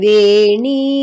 Veni